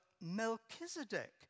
Melchizedek